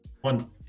One